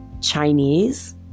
Chinese